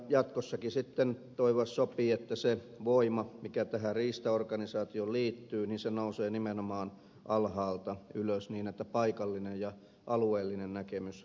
jatkossakin sitten toivoa sopii että se voima mikä tähän riistaorganisaatioon liittyy nousee nimenomaan alhaalta ylös niin että paikallinen ja alueellinen näkemys vahvistuu